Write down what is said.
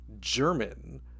German